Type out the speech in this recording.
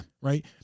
Right